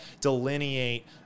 delineate